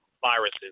viruses